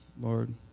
Lord